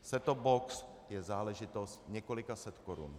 Set top box je záležitost několika set korun.